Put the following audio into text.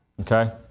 Okay